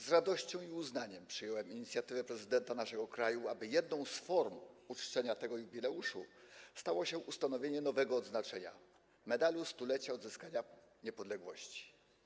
Z radością i uznaniem przyjąłem inicjatywę prezydenta naszego kraju, aby jedną z form uczczenia tego jubileuszu stało się ustanowienie nowego odznaczenia: Medalu Stulecia Odzyskanej Niepodległości.